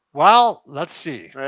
well, let's see.